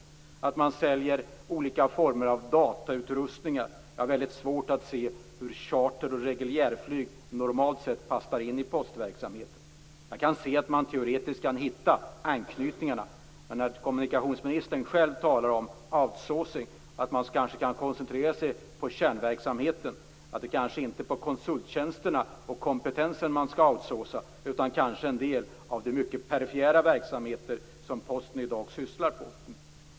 Jag har väldigt svårt att se att försäljning av olika datorutrustningar, charter och reguljärflyg normalt sett passar in i postverksamheten. Jag kan i och för sig se att man teoretiskt kan hitta anknytningarna. Men kommunikationsministern talar ju själv om outsourcing. Man kanske skall koncentrera sig på kärnverksamheten, och inte bedriva outsourcing av konsulttjänsterna och kompetensen, utan av en del av de mycket perifera verksamheter som Posten i dag sysslar med.